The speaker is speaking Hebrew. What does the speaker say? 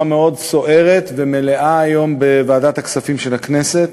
מאוד סוערת ומלאה היום בוועדת הכספים של הכנסת